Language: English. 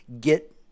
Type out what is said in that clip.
get